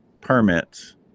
permits